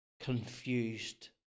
confused